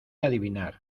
adivinar